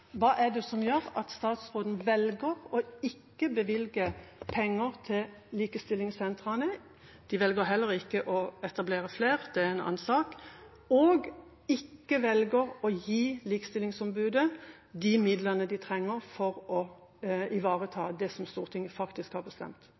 hva som gjør at statsråden velger ikke å bevilge penger til likestillingssentrene – de velger heller ikke å etablere flere, men det er en annen sak – og ikke velger å gi Likestillingsombudet de midlene de trenger for å ivareta